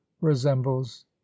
resembles